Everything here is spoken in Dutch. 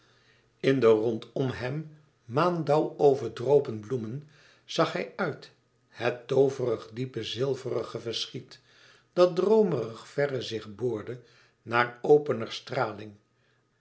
in de rondom hem maandauw overdropen bloemen zag hij uit het tooverig diepe zilverige verschiet dat droomerig verre zich boorde naar opener straling